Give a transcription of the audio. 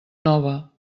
nova